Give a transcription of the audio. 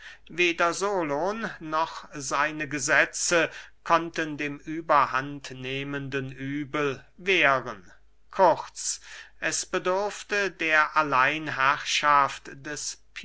solon noch seine gesetze konnten dem überhand nehmenden übel wehren kurz es bedurfte der alleinherrschaft des